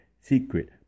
secret